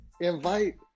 invite